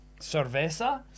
Cerveza